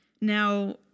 Now